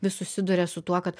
vis susiduria su tuo kad